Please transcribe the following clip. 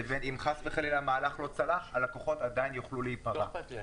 שאם חלילה המהלך לא צלח הלקוחות עדיין יוכלו לקבל את כספם.